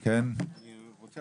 אני רוצה